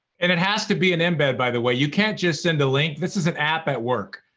and it has to be an embed, by the way, you can't just send a link, this is an app at work.